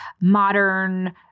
modern